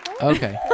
Okay